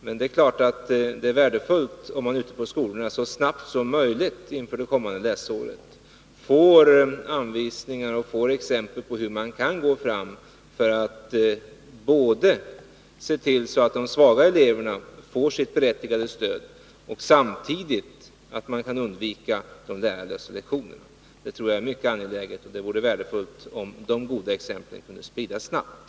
Men det är klart att det är värdefullt om man ute på skolorna så snabbt som möjligt inför det kommande läsåret får anvisningar om och exempel på hur man kan gå fram för att se till att de svaga eleverna får sitt berättigade stöd och samtidigt kan undvika de lärarlösa lektionerna. Det tror jag är mycket angeläget, och det vore värdefullt om de goda exemplen kunde spridas snabbt.